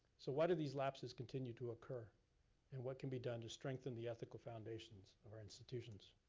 so why do these lapses continue to occur and what can be done to strengthen the ethical foundations of our institutions?